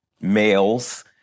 males